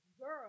girl